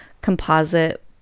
composite